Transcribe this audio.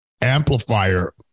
amplifier